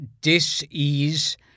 Disease